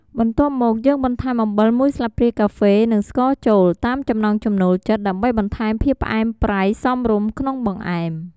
បន្ទាប់មកយើងបន្ថែមអំបិលមួយស្លាបព្រាកាហ្វេ និងស្ករចូល តាមចំណង់ចំណូលចិត្ត ដើម្បីបន្ថែមភាពផ្អែមប្រៃសមរម្យក្នុងបង្អែម។